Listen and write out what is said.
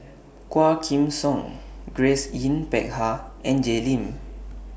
Quah Kim Song Grace Yin Peck Ha and Jay Lim